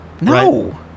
No